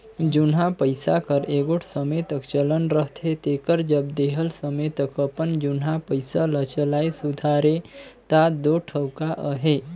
जुनहा पइसा कर एगोट समे तक चलन रहथे तेकर जब देहल समे तक अपन जुनहा पइसा ल चलाए सुधारे ता दो ठउका अहे